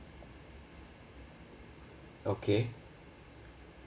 okay